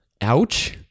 ouch